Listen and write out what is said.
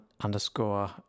underscore